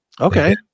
Okay